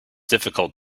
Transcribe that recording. difficult